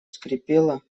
скрипело